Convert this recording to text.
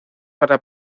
para